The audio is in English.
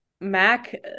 mac